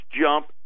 jump